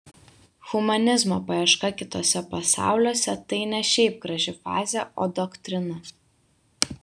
humanizmo paieška kituose pasauliuose tai ne šiaip graži frazė o doktrina